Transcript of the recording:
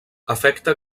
afecta